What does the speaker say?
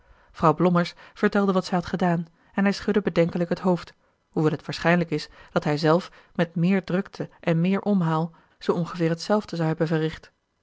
vrouw blommers vertelde wat zij had gedaan en hij schudde bedenkelijk het hoofd hoewel het waarschijnlijk is dat hij zelf met meer drukte en meer omhaal zoo ongeveer hetzelfde zou hebben verricht